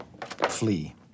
flee